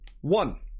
One